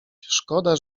szkoda